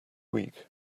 week